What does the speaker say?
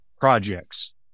projects